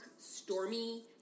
stormy